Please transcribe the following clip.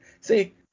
See